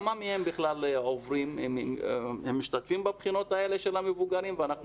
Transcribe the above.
הם משתתפים בבחינות האלה של המבוגרים ואנחנו